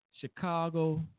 Chicago